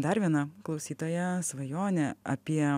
dar viena klausytoja svajonė apie